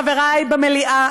חברי במליאה,